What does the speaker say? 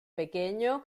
pequeño